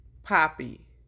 poppy